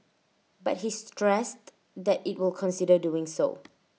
but he stressed that IT will consider doing so